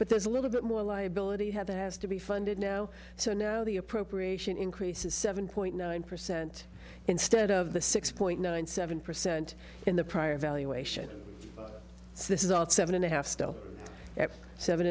but there's a little bit more liability you have that has to be funded now so now the appropriation increases seven point nine percent instead of the six point nine seven percent in the prior valuation so this is all seven and a half still at seven